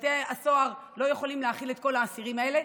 ובתי הסוהר לא יכולים להכיל את כל האסירים האלה.